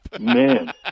Man